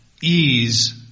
ease